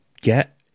get